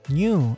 new